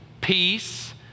peace